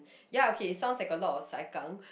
ya okay sounds like a lot of saikang